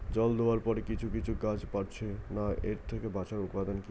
জল দেওয়ার পরে কিছু কিছু গাছ বাড়ছে না এর থেকে বাঁচার উপাদান কী?